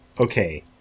Okay